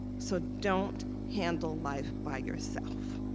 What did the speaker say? so don't handle life by yourself.